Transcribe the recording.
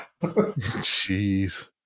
jeez